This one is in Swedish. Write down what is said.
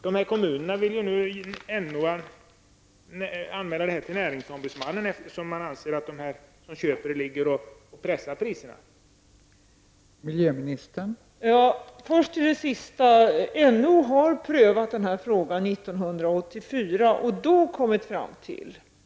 De kommuner som jag har nämnt vill nu anmäla detta till näringsombudsmannen, eftersom de anser att köparna på det här sättet pressar priserna uppåt.